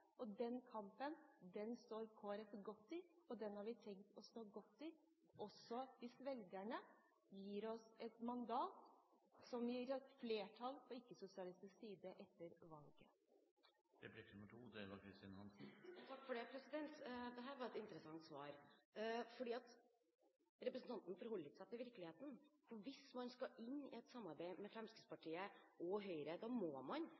Den kampen står Kristelig Folkeparti godt i, og den har vi tenkt å stå godt i også hvis velgerne gir oss et mandat som gir et flertall på ikke-sosialistisk side etter valget. Dette var et interessant svar, fordi representanten forholder seg ikke til virkeligheten. For hvis man skal inn i et samarbeid med Fremskrittspartiet og Høyre, da må man